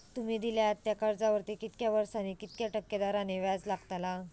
तुमि दिल्यात त्या कर्जावरती कितक्या वर्सानी कितक्या टक्के दराने व्याज लागतला?